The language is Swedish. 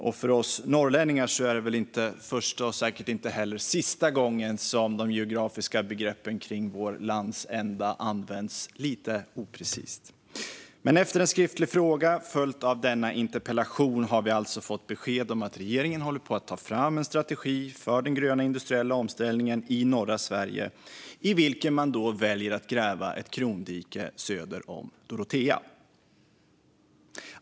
För oss norrlänningar är det inte första - och säkert inte heller sista - gången som de geografiska begreppen när det gäller vår landsända används lite oprecist. Efter en skriftlig fråga som följdes av denna interpellation har vi alltså fått besked om att regeringen håller på att ta fram en strategi för den gröna industriella omställningen i norra Sverige, i vilken man väljer att gräva ett krondike söder om Dorotea.